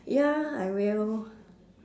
ya I will